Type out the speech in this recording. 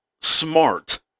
smart